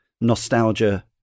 nostalgia